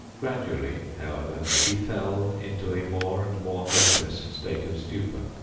gradually, however, he fell into a more and more hopeless state of stupor,